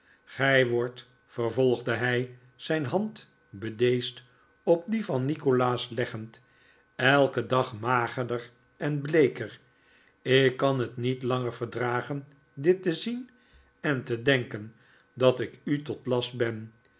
gij wordt vervolgde hij zijn hand bedeesd op die van nikolaas leggend elken dag magerder en bleeker ik kan het niet langer verdragen dit te zien en te denken dat ik u tot last ben